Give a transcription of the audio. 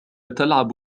تلعب